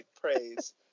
praise